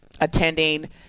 Attending